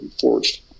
forged